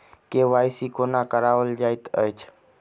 KYC कोना कराओल जाइत अछि?